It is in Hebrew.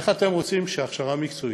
איך אתם רוצים שההכשרה המקצועית,